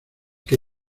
que